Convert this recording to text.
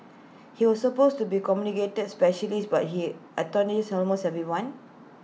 he was supposed to be communicates specialist but he antagonised almost everyone